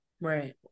Right